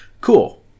cool